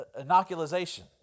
inoculation